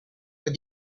but